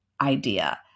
idea